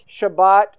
Shabbat